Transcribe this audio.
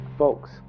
Folks